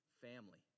family